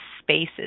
spaces